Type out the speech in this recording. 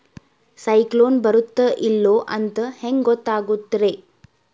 ಸೈಕ್ಲೋನ ಬರುತ್ತ ಇಲ್ಲೋ ಅಂತ ಹೆಂಗ್ ಗೊತ್ತಾಗುತ್ತ ರೇ?